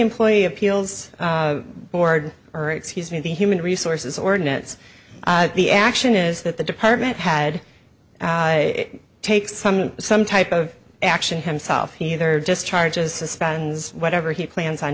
employee appeals board or excuse me the human resources ordinance the action is that the department had take some some type of action himself either just charges suspends whatever he plans on